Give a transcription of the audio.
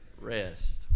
rest